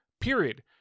period